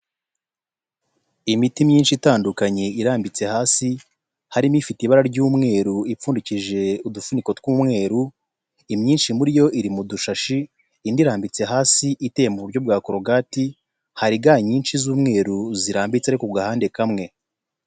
miti myinshi itandukanye irambitse hasi, harimo ifite ibara ry'umweru, ipfundikije udufuniko tw'umweru, imyinshi muri yo iri mu dushashi, indi irambitse hasi, iteye mu buryo bwa korogati, hari ga nyinshi z'umweru zirambitse, ariko ku gahande kamwe.